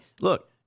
look